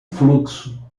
fluxo